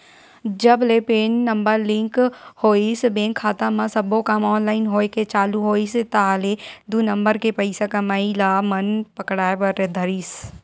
जब ले PAN number link होइस बेंक खाता म सब्बो काम ऑनलाइन होय के चालू होइस ताहले दू नंबर के पइसा कमइया मन पकड़ाय बर धरिस